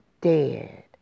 dead